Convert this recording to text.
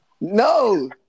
no